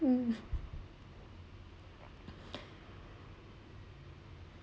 mm